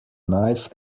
knife